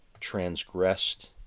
Transgressed